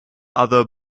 other